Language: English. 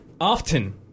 Often